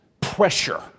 pressure